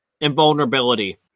invulnerability